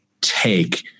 take